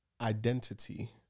identity